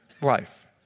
life